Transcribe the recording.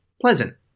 pleasant